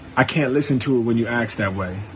i can't listen to it when you ask that way.